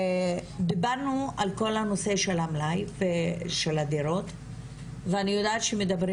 דיברנו על כל הנושא של המלאי ושל הדירות ואני יודעת שמדברים